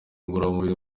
ngororamubiri